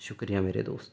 شکریہ میرے دوست